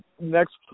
next